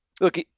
Look